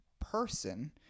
person